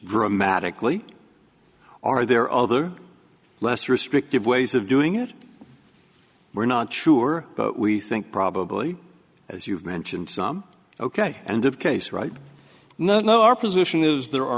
dramatically are there other less restrictive ways of doing it we're not sure but we think probably as you've mentioned some ok and of case right now no our position is